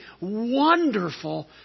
wonderful